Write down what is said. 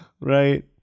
right